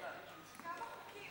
כמה חוקים?